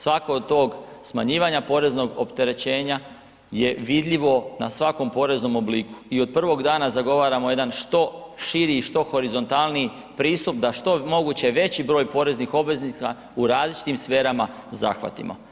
Svaka od tog smanjivanja poreznog opterećenja je vidljivo na svakom poreznom obliku i od prvog dana zagovaramo što širi i što horizontalniji pristup da što je moguće veći broj poreznih obveznika u različitim sferama zahvatimo.